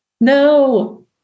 No